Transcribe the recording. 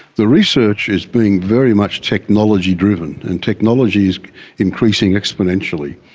the research is being very much technology driven, and technology is increasing exponentially.